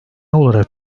olarak